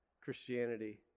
Christianity